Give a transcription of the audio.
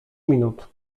minut